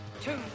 Two